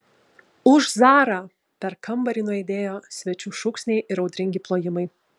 už zarą per kambarį nuaidėjo svečių šūksniai ir audringi plojimai